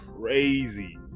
crazy